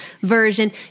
version